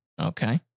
Okay